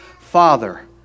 Father